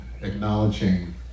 acknowledging